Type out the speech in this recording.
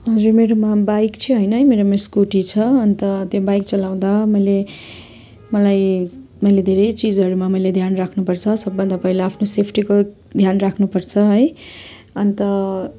हजुर मेरोमा बाइक चाहिँ होइन है मेरोमा स्कुटी छ अन्त त्यहाँ बाइक चलाउँदा मैले मलाई मैले धेरै चिजहरूमा मैले ध्यान राख्नुपर्छ सबभन्दा पहिला आफ्नो सेफ्टीको ध्यान राख्नुपर्छ है अन्त